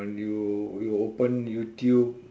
you you open YouTube